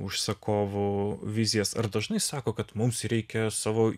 užsakovų vizijas ar dažnai sako kad mums reikia savo